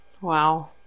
Wow